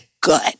good